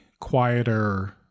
quieter